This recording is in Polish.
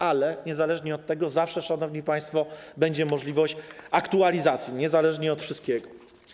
Ale niezależnie od tego zawsze, szanowni państwo, będzie możliwość aktualizacji, niezależnie od wszystkiego.